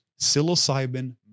psilocybin